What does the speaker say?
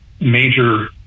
major